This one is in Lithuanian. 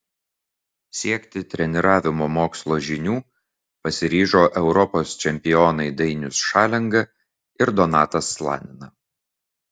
siekti treniravimo mokslo žinių pasiryžo europos čempionai dainius šalenga ir donatas slanina